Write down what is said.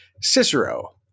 Cicero